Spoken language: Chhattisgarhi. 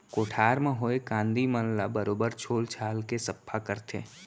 कोठार म होए कांदी मन ल बरोबर छोल छाल के सफ्फा करथे